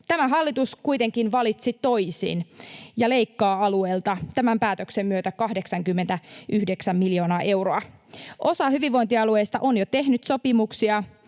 Tämä hallitus kuitenkin valitsi toisin ja leikkaa alueilta tämän päätöksen myötä 89 miljoonaa euroa. Osa hyvinvointialueista on jo tehnyt sopimuksia,